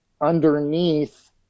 underneath